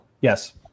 Yes